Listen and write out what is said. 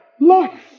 life